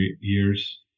years